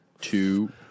two